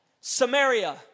Samaria